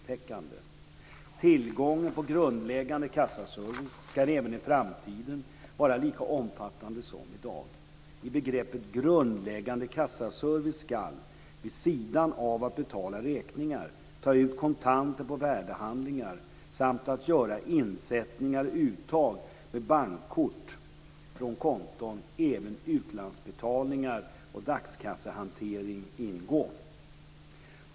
· Tillgången på grundläggande kassaservice ska även i framtiden vara lika omfattande som i dag. I begreppet grundläggande kassaservice ska, vid sidan av att betala räkningar, ta ut kontanter på värdehandlingar samt att göra insättningar och uttag med bankkort från konton, även utlandsbetalningar och dagskassehantering ingå.